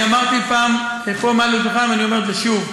אני אמרתי פעם, ופה מעל הדוכן אני אומר את זה שוב: